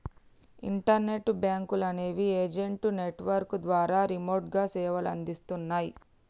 internet బ్యేంకులనేవి agent network ద్వారా రిమోట్గా సేవలనందిస్తన్నయ్